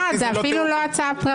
זאת אפילו לא הצעה פרטית?